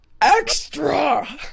extra